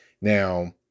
Now